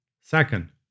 Second